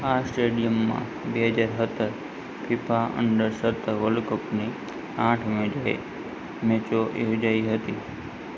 આ સ્ટેડિયમમાં બે હજાર સત્તર ફિફા અંડર સત્તર વર્લ્ડ કપની આઠ મેચો યોજાઈ હતી